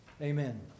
Amen